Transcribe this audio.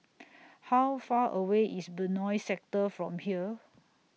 How Far away IS Benoi Sector from here